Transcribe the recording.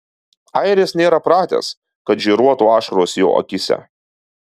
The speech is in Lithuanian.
airis nėra pratęs kad žėruotų ašaros jo akyse